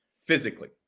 physically